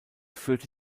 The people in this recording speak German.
führte